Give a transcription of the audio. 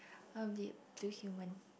a bit to human